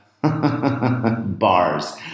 bars